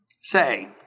Say